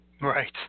Right